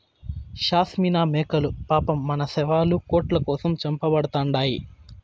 షాస్మినా మేకలు పాపం మన శాలువాలు, కోట్ల కోసం చంపబడతండాయి